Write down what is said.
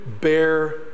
bear